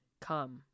Come